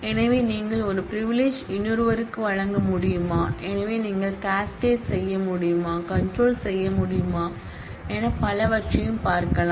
எனவே நீங்கள் ஒரு பிரிவிலிஜ்யை இன்னொருவருக்கு வழங்க முடியுமா எனவே நீங்கள் கேஸ்கெட் செய்ய முடியுமா கண்ட்ரோல் செய்ய முடியுமா மற்றும் பல இருக்கலாம்